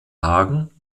hagen